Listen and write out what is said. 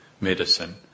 medicine